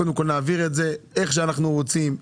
קודם כל נעביר את זה איך שאנחנו רוצים,